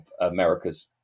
America's